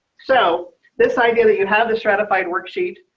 so this idea that you have the stratified worksheet.